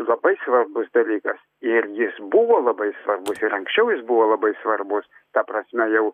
labai svarbus dalykas ir jis buvo labai svarbus ir anksčiau jis buvo labai svarbus ta prasme jau